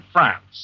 France